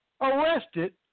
arrested